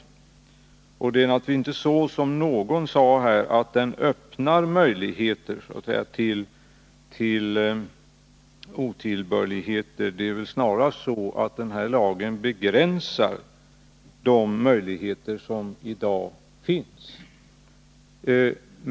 Det är Torsdagen den alltså inte så, som någon sade, att lagen öppnar möjligheter för otillbörlig 26 november 1981 heter. Det är snarast så att den här lagen begränsar de möjligheter som i dag finns.